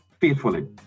faithfully